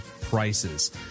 prices